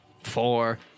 Four